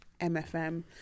MFM